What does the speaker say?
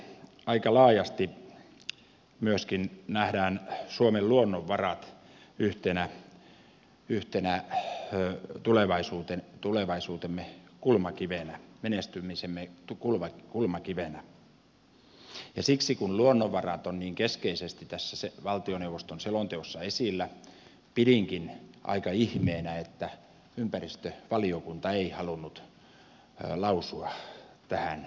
selonteossa aika laajasti myöskin nähdään suomen luonnonvarat yhtenä tulevaisuutemme kulmakivenä menestymisemme kulmakivenä ja siksi kun luonnonvarat ovat niin keskeisesti tässä valtioneuvoston selonteossa esillä pidinkin aika ihmeenä että ympäristövaliokunta ei halunnut lausua tähän mitään